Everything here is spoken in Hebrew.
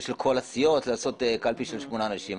של כל הסיעות ולעשות קלפי של שמונה אנשים.